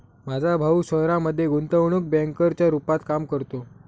माझा भाऊ शहरामध्ये गुंतवणूक बँकर च्या रूपात काम करतो